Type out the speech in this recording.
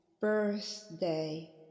birthday